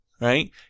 right